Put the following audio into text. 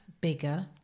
bigger